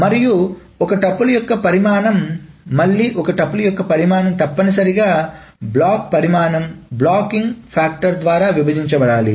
మరియు ఒక టుపుల్ యొక్క పరిమాణం మళ్ళీ ఒక టుపుల్ యొక్క పరిమాణం తప్పనిసరిగా బ్లాక్ పరిమాణం బ్లాకింగ్ ఫ్యాక్టర్ ద్వారా విభజించబడాలి